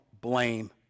blame